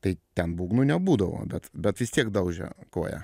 tai ten būgnų nebūdavo bet bet vis tiek daužė koja